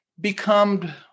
become